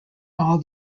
all